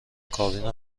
کابین